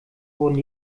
wurden